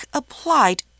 applied